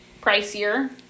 pricier